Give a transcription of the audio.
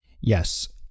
yes